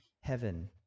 heaven